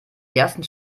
ersten